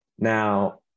Now